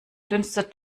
dünstet